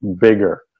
bigger